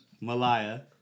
Malaya